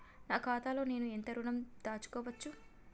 నా ఖాతాలో నేను ఎంత ఋణం దాచుకోవచ్చు?